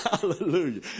Hallelujah